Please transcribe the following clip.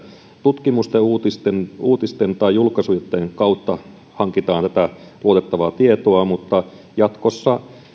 tutkimusten uutisten uutisten tai julkaisujen kautta hankitaan tätä luotettavaa tietoa mutta jatkossa